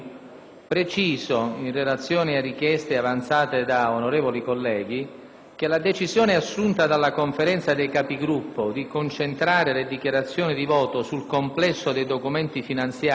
che la decisione assunta dalla Conferenza dei Capigruppo di concentrare le dichiarazioni di voto sul complesso dei documenti finanziari nella fase finale, e cioè subito prima del voto del bilancio dello Stato,